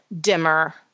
dimmer